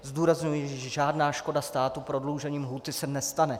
Zdůrazňuji, že žádná škoda státu prodloužením lhůty se nestane.